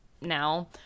now